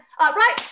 right